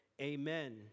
Amen